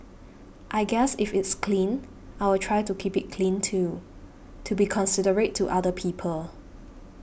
I guess if it's clean I will try to keep it clean too to be considerate to other people